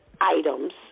items